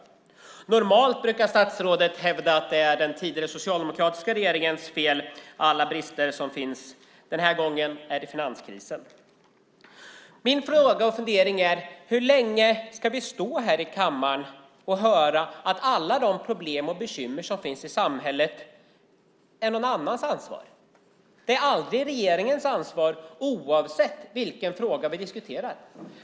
Normalt brukar statsrådet hävda att alla brister som finns är den tidigare socialdemokratiska regeringens fel. Den här gången är det finanskrisen. Min fråga och fundering är: Hur länge ska vi stå här i kammaren och höra att alla de problem och bekymmer som finns i samhället är någon annans ansvar? Det är aldrig regeringens ansvar, oavsett vilken fråga vi diskuterar.